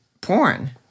porn